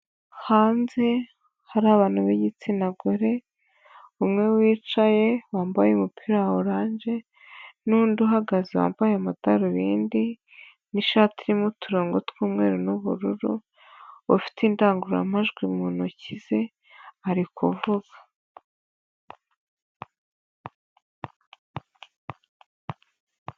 Hanze hari abantu b'igitsina gore, umwe wicaye wambaye umupira wa orange, n'undi uhagaze wambaye amadarubindi n'ishati irimo uturongo tw'umweru n'ubururu, ufite indangururamajwi mu ntoki ze ari kuvuga.